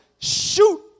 shoot